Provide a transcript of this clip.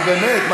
נו, באמת.